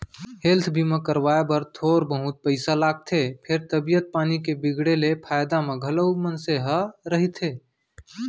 health बीमा करवाए बर थोर बहुत पइसा लागथे फेर तबीयत पानी के बिगड़े ले फायदा म घलौ मनसे ह रहिथे